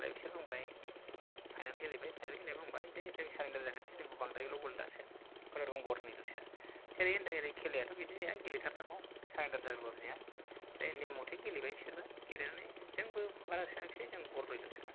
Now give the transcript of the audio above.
ओमफ्राय बिसोर बुंबाय फाइनेल गेलेबाय फाइनेल गेलेबा बुंबाय जे जों सारेन्दार जाखानोसै जोंखौ बांद्रायल' गल दासो खुनुरुखुम गरनैल' सो जेरै होनदों ओरै खेलायाथ' बिदि जाया गेलेथारनांगौ सारेन्दार जाग्रोबाबो जाया ओमफ्राय नेम म'थे गेलेबाय बिसोरबो गेलेनानै जोंबो बारा सोआखैसै जों गरब्रैल' सोदों